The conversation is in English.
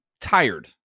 tired